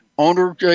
Owner